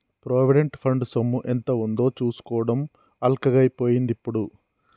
provident fund సొమ్ము ఎంత ఉందో చూసుకోవడం అల్కగై పోయిందిప్పుడు